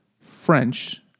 French